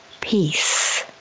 peace